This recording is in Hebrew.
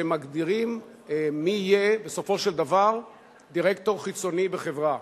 שמגדיר מי יהיה בסופו של דבר דירקטור חיצוני בחברה.